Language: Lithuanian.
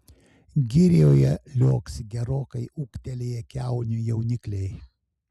girioje liuoksi gerokai ūgtelėję kiaunių jaunikliai